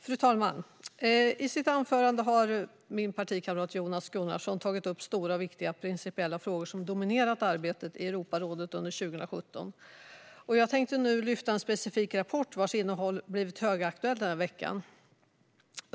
Fru talman! I sitt anförande har min partikamrat Jonas Gunnarsson tagit upp stora och viktiga principiella frågor som dominerat arbetet i Europarådet under 2017. Jag tänkte nu lyfta upp en specifik rapport vars innehåll blivit högaktuellt denna vecka.